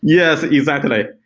yes, exactly.